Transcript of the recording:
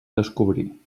descobrir